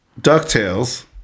DuckTales